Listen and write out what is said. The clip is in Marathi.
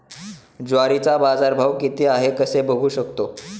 ज्वारीचा बाजारभाव किती आहे कसे बघू शकतो?